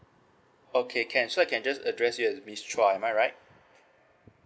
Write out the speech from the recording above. okay can so I can just address you as miss chua am I right